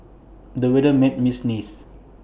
the weather made me sneeze